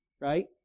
right